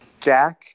Jack